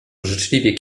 życzliwie